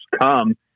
come